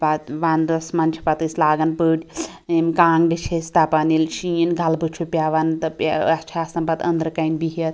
پَتہٕ وَنٛدَس مَنٛز چھِ پَتہٕ أسۍ لاگان پٔٹۍ یم کانٛگڑٕ چھِ أسۍ تَپان ییٚلہِ شیٖن گَلبہٕ چھُ پیٚوان تہٕ بیٚیہِ اسہِ چھِ آسان پَتہٕ أنٛدرٕ کَنۍ بِہِتھ